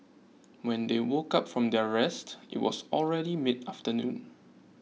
when they woke up from their rest it was already mid afternoon